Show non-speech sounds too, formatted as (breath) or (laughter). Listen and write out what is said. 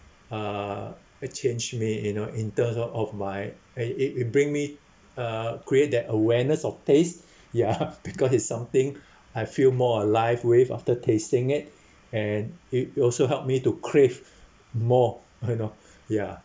uh it changed me you know in terms of of my and it it bring me uh create that awareness of taste (laughs) ya because it's something (breath) I feel more alive with after tasting it (breath) and it also helped me to crave (breath) more you know ya